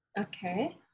Okay